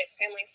family